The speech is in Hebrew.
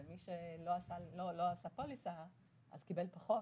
ומי שלא עשה פוליסה קיבל פחות,